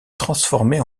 transformer